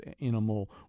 animal